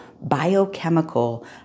biochemical